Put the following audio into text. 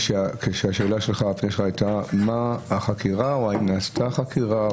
הפנייה שלך הייתה האם נעשתה חקירה?